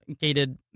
gated